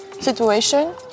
situation